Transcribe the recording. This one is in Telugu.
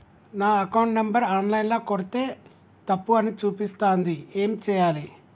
నా అకౌంట్ నంబర్ ఆన్ లైన్ ల కొడ్తే తప్పు అని చూపిస్తాంది ఏం చేయాలి?